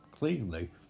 cleanly